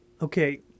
Okay